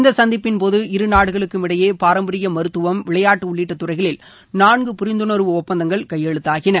இந்த சந்திப்பின்போது இரு நாடுகளுக்கும் இடையே பாரம்பரிய மருத்துவம் விளையாட்டு உள்ளிட்ட துறைகளில் நான்கு புரிந்துணர்வு ஒப்பந்தங்கள் கையெழுத்தாகின